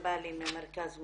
ג'באלי ממרכז מוסאוא.